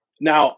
Now